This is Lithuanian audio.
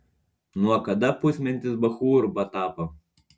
nuo kada pusmentis bachūru patapo